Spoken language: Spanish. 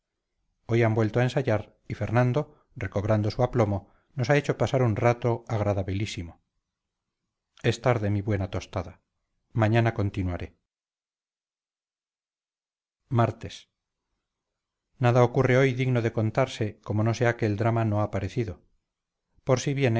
hoy han vuelto a ensayar y fernando recobrando su aplomo nos ha hecho pasar un rato